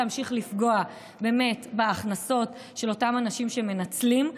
להמשיך לפגוע בהכנסות של אותם אנשים שמנצלים,